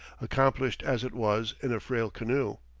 accomplished as it was in a frail canoe.